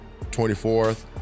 24th